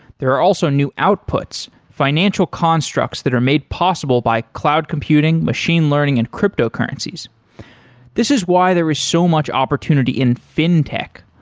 there are also new outputs financial constructs that are made possible by cloud computing, machine learning and cryptocurrencies this is why there is so much opportunity in fintech.